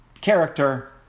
character